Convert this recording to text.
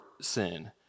sin